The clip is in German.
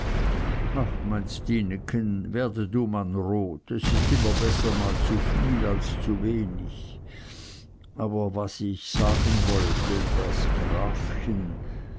ach mein stineken werde du man rot es is immer besser mal zuviel als mal zuwenig aber was ich sagen wollte das grafchen